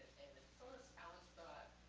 first alex thought,